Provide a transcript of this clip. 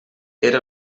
era